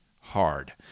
hard